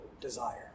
desire